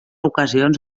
ocasions